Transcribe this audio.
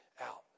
out